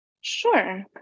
Sure